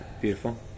Beautiful